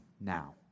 Now